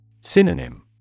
Synonym